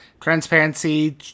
transparency